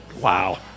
Wow